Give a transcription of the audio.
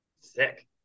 Sick